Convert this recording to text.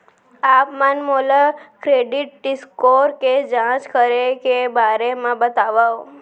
आप मन मोला क्रेडिट स्कोर के जाँच करे के बारे म बतावव?